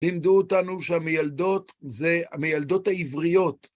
לימדו אותנו שהמילדות זה המילדות העבריות.